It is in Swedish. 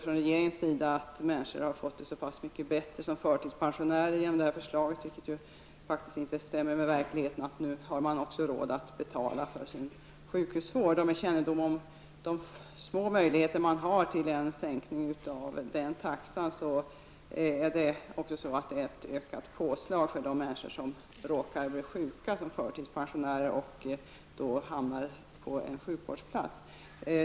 Från regeringens sida påstår man att förtidspensionärerna genom det här beslutet har fått det så mycket bättre -- det stämmer inte alls med verkligheten -- att de nu har råd att betala också för sin sjukhusvård. Med kännedom om vilka små möjligheter man har att få till stånd en sänkning av den taxan påstår jag att det innebär ett ökat påslag för de förtidspensionärer som råkar bli sjuka och hamna på en sjukvårdsplats.